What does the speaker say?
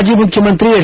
ಮಾಜಿ ಮುಖ್ಯಮಂತ್ರಿ ಎಚ್